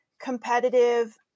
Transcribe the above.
competitive